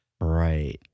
Right